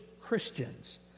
Christians